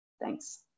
Thanks